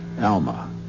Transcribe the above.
Alma